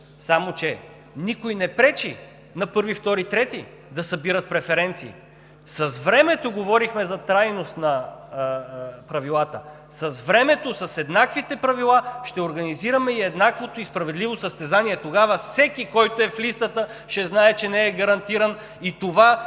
Само че никой не пречи на първия, втория, третия да събират преференции. Говорихме за трайност на правилата. С времето, с еднаквите правила ще организираме еднаквото и справедливо състезание. Тогава всеки, който е в листата, ще знае, че не е гарантиран. Това ще